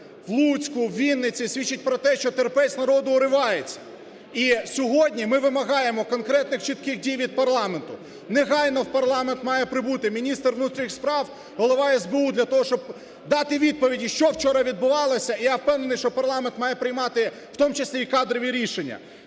в Луцьку, у Вінниці свідчить про те, що терпець народу уривається. І сьогодні ми вимагаємо конкретних чітких дій від парламенту. Негайно в парламент має прибути міністр внутрішніх справ, голова СБУ для того, щоб дати відповіді, що вчора відбувалося. І я впевнений, що парламент має приймати, в тому числі і кадрові рішення.